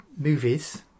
movies